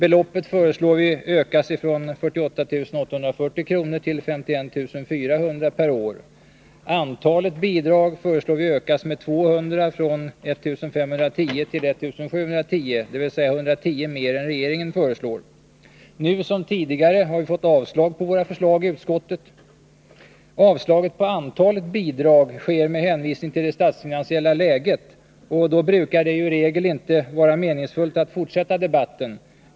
Vi föreslår att beloppet ökas från 48 840 kr. till 51 400 kr. per år. Antalet bidrag föreslår vi ökas med 200 från 1 510 till 1710, dvs. med 110 mer än vad regeringen föreslår. Nu — som tidigare — har vi fått avstyrkan av våra förslag i utskottet. Avstyrkan beträffande antalet bidrag sker med hänvisning till det statsfinansiella läget, och då brukar det i regel inte vara meningsfullt att fortsätta debatten.